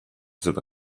seda